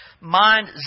mind